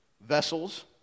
Vessels